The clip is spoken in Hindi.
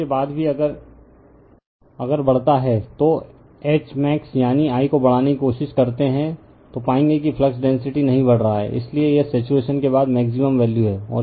तो उसके बाद भी अगर बढ़ता है तो Hmax यानी I को बढ़ाने की कोशिश करती है तो पाएंगे कि फ्लक्स डेंसिटी नहीं बढ़ रहा है इसलिए यह सैचुरेशन के बाद मैक्सिमम वैल्यू है